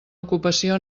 ocupació